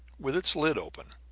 with its lid open.